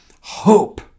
hope